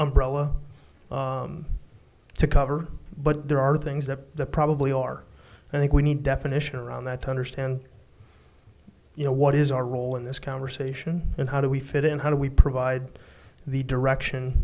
umbrella to cover but there are things that probably are i think we need definition around that to understand you know what is our role in this conversation and how do we fit in how do we provide the direction